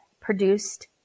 produced